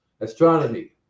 Astronomy